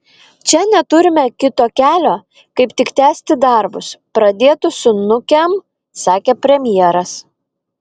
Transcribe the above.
čia neturime kito kelio kaip tik tęsti darbus pradėtus su nukem sakė premjeras